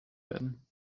werden